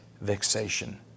vexation